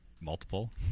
multiple